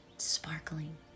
Sparkling